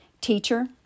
Teacher